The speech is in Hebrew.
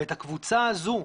ואת הקבוצה הזו,